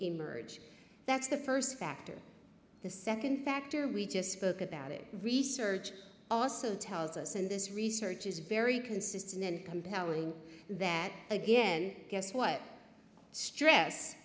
emerge that's the first factor the second factor we just spoke about it research also tells us and this research is very consistent and compelling that again guess what stress